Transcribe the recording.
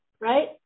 right